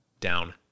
down